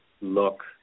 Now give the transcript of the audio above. look